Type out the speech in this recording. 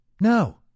No